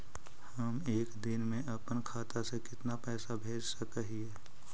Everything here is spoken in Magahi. हम एक दिन में अपन खाता से कितना पैसा भेज सक हिय?